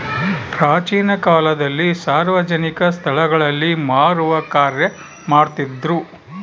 ಪ್ರಾಚೀನ ಕಾಲದಲ್ಲಿ ಸಾರ್ವಜನಿಕ ಸ್ಟಳಗಳಲ್ಲಿ ಮಾರುವ ಕಾರ್ಯ ಮಾಡ್ತಿದ್ರು